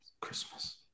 Christmas